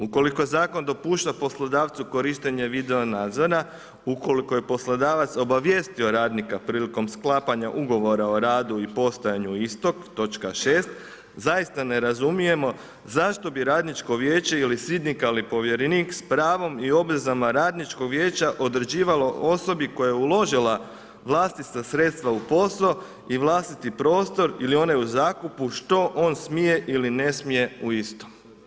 Ukoliko zakon dopušta poslodavcu korištenje video nadzora, ukoliko je poslodavac obavijestio radnika prilikom sklapanja ugovora o radu i postojanju istog točka 6., zaista ne razumijemo zašto bi radničko vijeće ili sindikalni povjerenik s pravom i obvezama radničkog vijeća određivalo osobi koja je uložila vlastita sredstva u posao i vlastiti prostor ili one u zakupu što on smije ili ne smije u istom“